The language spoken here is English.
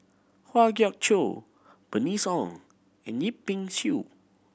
Kwa Geok Choo Bernice Ong and Yip Pin Xiu